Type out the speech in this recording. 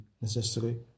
necessary